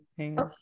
okay